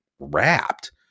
wrapped